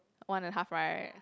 one and a half right